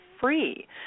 free